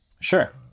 Sure